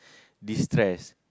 destress